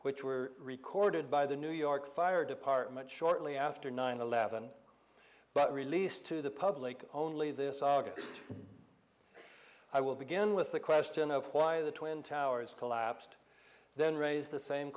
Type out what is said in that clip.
which were recorded by the new york fire department shortly after nine eleven but released to the public only this august i will begin with the question of why the twin towers collapsed then raised the same